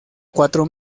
cuatro